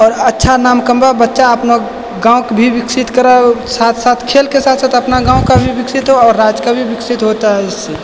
आओर अच्छा नाम कमबए बच्चा अपना गाँवके भी विकसित कराए साथ साथ खेलके साथ साथ अपना गाँवके भी विकसित आओर राजके भी विकसित होता है इससे